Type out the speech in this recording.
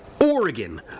Oregon